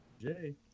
Jay